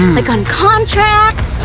like on contracts,